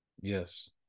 Yes